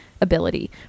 ability